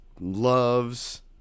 loves